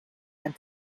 and